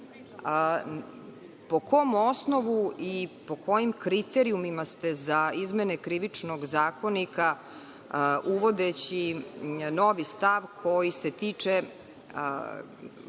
Po kom osnovu i po kojim kriterijumima ste za izmene Krivičnog zakonika uvodeći novi stav koji se tiče